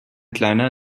kleiner